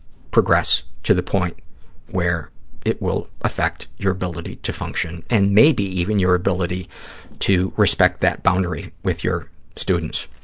progress to the point where it will affect your ability to function, and maybe even your ability to respect that boundary with your students.